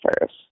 first